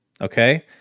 okay